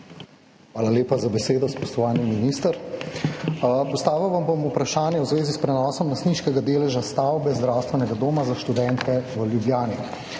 Hvala lepa za besedo. Spoštovani minister, postavil vam bom vprašanje v zvezi s prenosom lastniškega deleža stavbe Zdravstvenega doma za študente v Ljubljani.